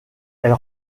elle